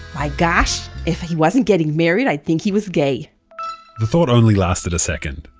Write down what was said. my gosh, if he wasn't getting married, i'd think he was gay the thought only lasted a second.